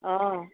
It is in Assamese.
অঁ